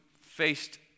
faced